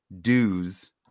dues